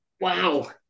Wow